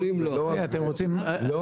שר